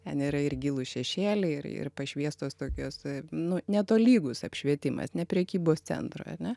ten yra ir gilūs šešėliai ir ir pašviestos tokios nu netolygus apšvietimas ne prekybos centro ane